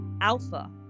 alpha